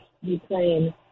Ukraine